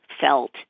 felt